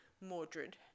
Mordred